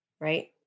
right